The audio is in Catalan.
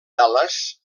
dallas